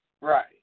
right